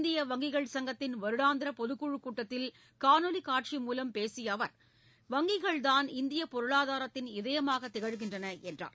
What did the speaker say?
இந்திய வங்கிகள் சங்கத்தின் வருடாந்திர பொதுக் குழுக் கூட்டத்தில் காணொலி காட்சி மூலம் பேசிய அவர் வங்கிகள்தான் இந்தியப் பொருளாதாரத்தின் இதயமாகத் திகழ்கின்றன என்றார்